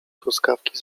truskawki